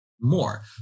more